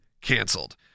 canceled